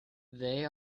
they